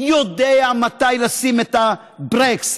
יודע מתי לשים את הברקס,